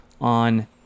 on